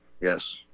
Yes